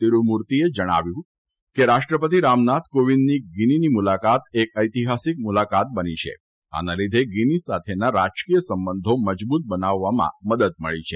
તિરૂમૂર્તિએ જણાવ્યું હતું કે રાષ્ટ્રપતિ રામનાથ કોવિંદની ગીનીની મુલાકાત એક ઐતિહાસિક મુલાકાત બની છે અને આના લીધે ગીની સાથેના રાજકીય સંબંધો મજબૂત બનાવવામાં મદદ મળી છે